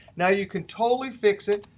now, you can totally fix it.